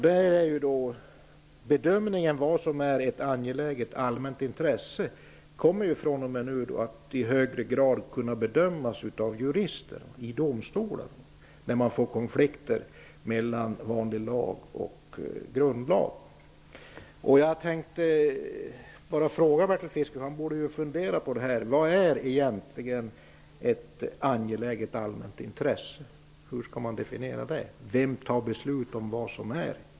Frågan vad som är ett angeläget allmänt intresse kommer fr.o.m. nu i högre grad att bedömas av jurister i domstolar när det uppstår konflikter mellan vanlig lag och grundlag. Jag vill bara fråga Bertil Fiskesjö, som borde ha funderat på detta: Hur skall man egentligen definiera vad som är ett angeläget allmänt intresse?